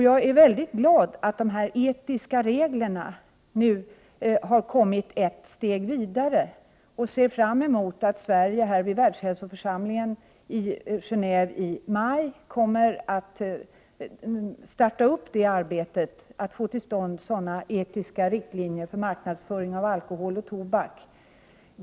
Jag är mycket glad att dessa etiska regler nu har kommit ett steg vidare, och jag ser fram mot att Sverige i Världshälsoförsamlingen i maj kommer att starta det arbetet för att få till stånd sådana etiska riktlinjer för marknadsfö ring av alkohol och tobak.